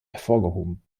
hervorgehoben